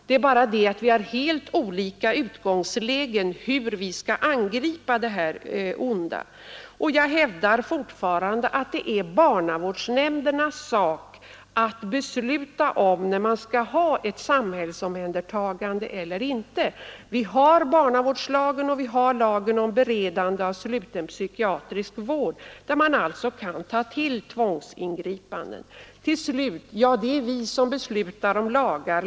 Det är bara den skillnaden mellan oss att vi har olika utgångslägen för hur vi skall angripa det onda. Jag hävdar fortfarande att det är barnavårdsnämndernas sak att besluta om när ett samhällsövertagande skall ske. Vi har barnavårdslagen, och vi har lagen om beredande av sluten psykiatrisk vård i vissa fall, där man alltså kan ta till tvångsingripanden. Till slut: Ja, det är vi som beslutar om lagar.